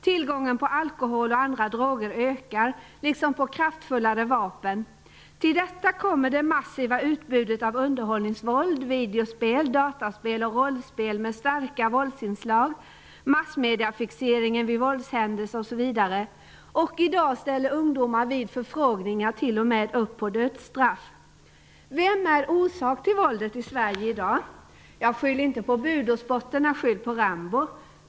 Tillgången på alkohol och andra droger liksom på kraftfullare vapen ökar. Till detta kommer det massiva utbudet av underhållningsvåld, videospel, dataspel och rollspel med starka våldsinslag, massmediefixeringen vid våldshändelser osv. I dag ställer ungdomar vid förfrågningar t.o.m. upp för dödsstraff. Vem är orsak till våldet i Sverige i dag? Ja, skyll inte på budosporterna - skyll på Rambo!